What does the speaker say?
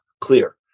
clear